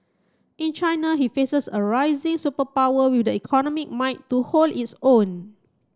in China he faces a rising superpower with the economic might to hold its own